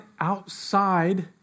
outside